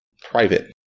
private